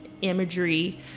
Imagery